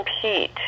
compete